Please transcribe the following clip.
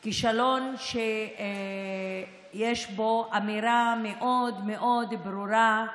זהו כישלון שיש בו אמירה מאוד מאוד ברורה,